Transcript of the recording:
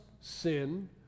sin